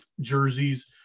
jerseys